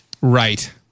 Right